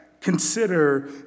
consider